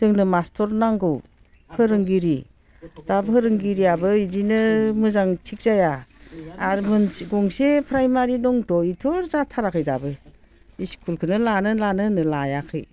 जोंनो मास्तार नांगौ फोरोंगिरि दा फोरोंगिरियाबो बिदिनो मोजां थिक जाया आरो गंसे प्राइमारि दंथ' बेथ' जाथाराखै दाबो स्कुलखौनो लानो लानो होननानै लायाखै